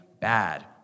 bad